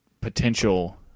potential